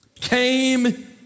came